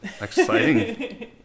exciting